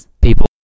people